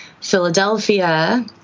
Philadelphia